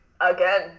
again